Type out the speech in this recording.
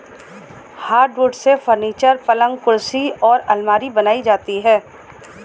hardwood से furniture, पलंग कुर्सी और आलमारी बनाई जाती है